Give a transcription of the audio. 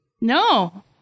No